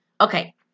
Okay